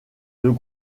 deux